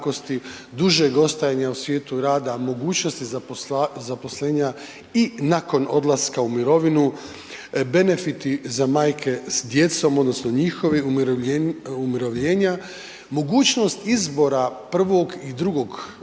duže ostajanja u svijetu rada, mogućnosti zaposlenja i nakon odlaska u mirovinu, benefiti za majke s djecom odnosno njihova umirovljenja, mogućnost izbora I. i II.